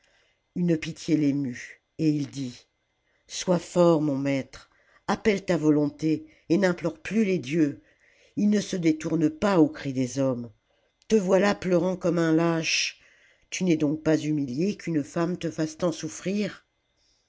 une pitié l'émut et il dit sois fort mon maître appelle ta volonté et n'implore plus les dieux ils ne se détournent pas aux cris des hommes te voilà pleurant comme un lâche tu n'es donc pas humilié qu'une femme te fasse tant souffrir